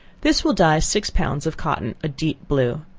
this will dye six pounds of cotton a deep blue.